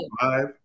five